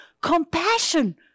compassion